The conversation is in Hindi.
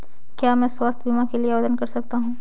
क्या मैं स्वास्थ्य बीमा के लिए आवेदन कर सकता हूँ?